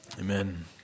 Amen